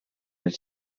els